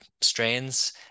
strains